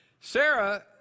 Sarah